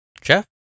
Jeff